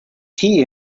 tea